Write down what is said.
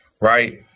Right